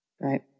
Right